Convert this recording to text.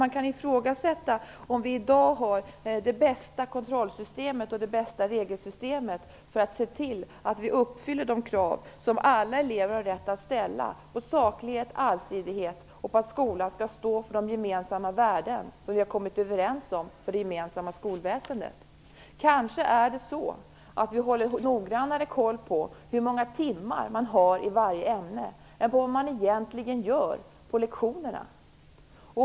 Man kan ifrågasätta om vi i dag har det bästa kontrollsystemet och det bästa regelsystemet för att se till att vi uppfyller de krav som alla elever har rätt att ställa, på saklighet, på allsidighet och på att skolan skall stå för de gemensamma värden som vi har kommit överens om i det gemensamma skolväsendet. Kanske vi har en noggrannare kontroll på hur många timmar man har i varje ämne än på vad man egentligen gör på lektionerna.